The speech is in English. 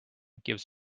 gives